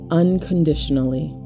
unconditionally